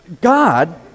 God